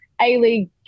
A-League